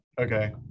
Okay